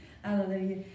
Hallelujah